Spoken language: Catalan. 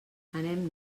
anem